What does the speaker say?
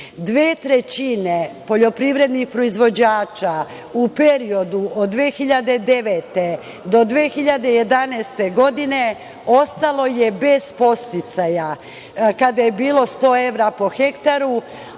Dve trećine poljoprivrednih proizvođača u periodu od 2009. do 2011. godine ostalo je bez podsticaja. Kada je bilo 100 eura po ha